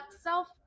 self